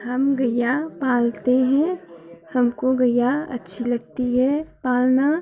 हम गैया पालते हैं हमको गैया अच्छी लगती है पालना